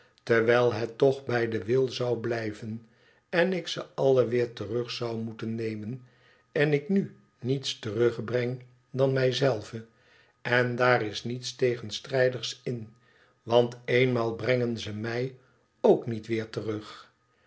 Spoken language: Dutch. terwijl het toch bij den wil zou blijven en ik ze alle weer terug zou moeten nemen en ik nu niets terugbreng dan mij zelve en daar is niets tegenstrijdigs in want eenmaal brengen ze mij ook niet weer terug